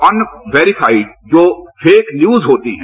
unverify जो fake news होती है